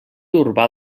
urbà